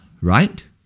right